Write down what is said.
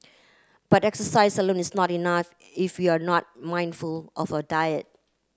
but exercise alone is not enough if we are not mindful of our diet